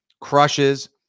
Crushes